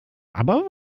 aber